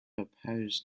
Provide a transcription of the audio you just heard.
opposed